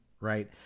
right